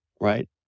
right